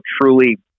truly